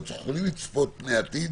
אבל אנחנו יכולים לצפות פני עתיד,